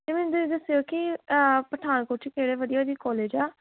ਅਤੇ ਮੈਨੂੰ ਤੁਸੀਂ ਦੱਸਿਓ ਕਿ ਪਠਾਨਕੋਟ 'ਚ ਕਿਹੜੇ ਵਧੀਆ ਜੀ ਕੋਲਜ ਆ